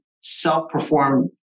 self-performed